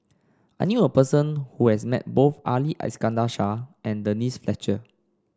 I knew a person who has met both Ali Iskandar Shah and Denise Fletcher